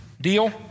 Deal